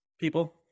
people